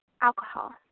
alcohol